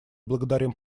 благодарим